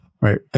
right